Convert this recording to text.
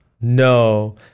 no